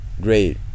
great